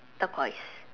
turquoise